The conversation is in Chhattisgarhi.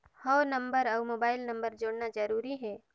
हव नंबर अउ मोबाइल नंबर जोड़ना जरूरी हे?